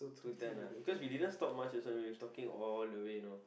two ten ah because we didn't stop much also we were talking all the way you know